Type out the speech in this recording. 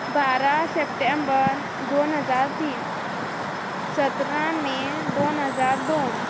बारा सप्टेंबर दोन हजार तीन सतरा मे दोन हजार दोन